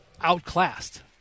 outclassed